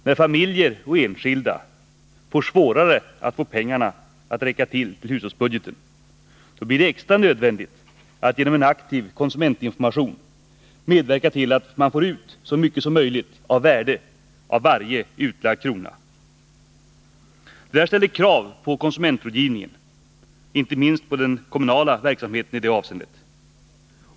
När familjer och enskilda får svårare att få pengarna i hushållsbudgeten att räcka till, blir det extra nödvändigt att genom en aktiv konsumentinformation medverka till att man får ut så mycket som möjligt av värde av varje utlagd krona. Detta ställer krav på konsumentrådgivningen och inte minst på den kommunala verksamheten i det avseendet.